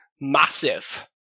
massive